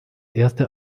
erste